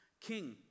King